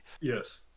Yes